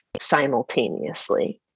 simultaneously